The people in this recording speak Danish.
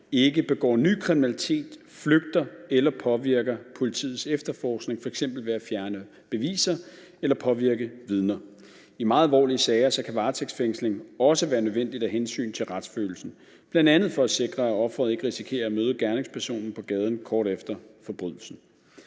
ikke begår ny kriminalitet, flygter eller påvirker politiets efterforskning, f.eks. ved at fjerne beviser eller påvirke vidner. I meget alvorlige sager kan varetægtsfængsling også være nødvendigt af hensyn til retsfølelsen, bl.a. for at sikre, at offeret ikke risikerer at møde gerningspersonen på gaden kort efter forbrydelsen.